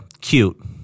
cute